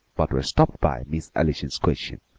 but were stopped by miss allison's question,